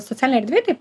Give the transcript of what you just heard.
socialinėj erdvėj taip